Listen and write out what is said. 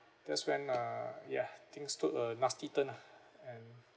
that's when uh ya things took a nasty turn lah and